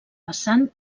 vessant